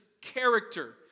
character